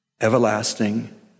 everlasting